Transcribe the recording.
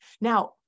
Now